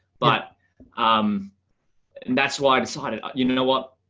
but um and that's why i decided, you know, what,